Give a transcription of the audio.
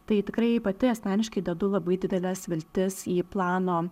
tai tikrai pati asmeniškai dedu labai dideles viltis į plano